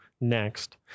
next